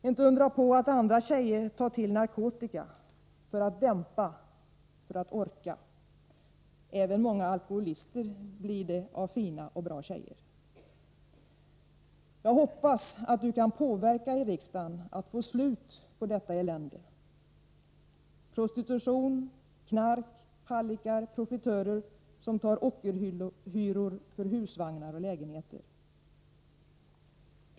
Inte undra på att andra tjejer tar till narkotikan för att orka, även många alkoholister blir det av fina och bra tjejer. Jag hoppas Du kan påverka i riksdagen att få slut på detta elände. Prostitution-knark-hallickar-profitörer som tar ockerhyror för husvagnar och lägenheter.